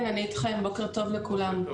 בוקר טוב לכולם.